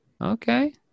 okay